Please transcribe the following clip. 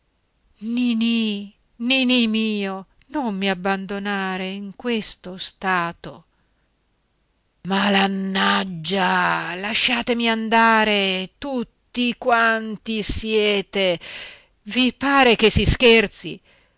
ninì ninì mio non mi abbandonare in questo stato malannaggia lasciatemi andare tutti quanti siete i pare che si scherzi